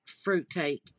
fruitcake